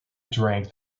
drink